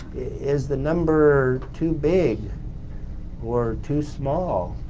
is the number too big or too small?